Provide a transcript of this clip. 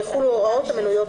יחולו ההוראות המנויות